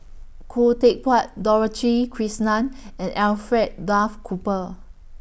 Khoo Teck Puat Dorothy Krishnan and Alfred Duff Cooper